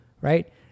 right